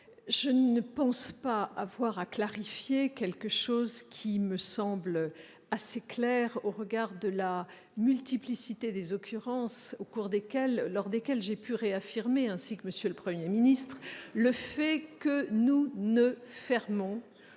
je ne pense pas avoir à clarifier quelque chose qui me semble assez clair au regard de la multiplicité des occurrences au cours desquelles j'ai pu réaffirmer, ainsi que M. le Premier ministre, que nous ne fermerons